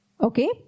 okay